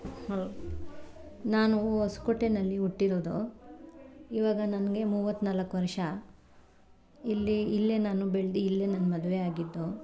ನಾನು ಹೊಸಕೋಟೆಯಲ್ಲಿ ಹುಟ್ಟಿರೋದು ಇವಾಗ ನನಗೆ ಮೂವತ್ನಾಲ್ಕು ವರ್ಷ ಇಲ್ಲಿ ಇಲ್ಲೇ ನಾನು ಬೆಳ್ದು ಇಲ್ಲೇ ನಾನು ಮದುವೆಯಾಗಿದ್ದು